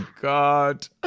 god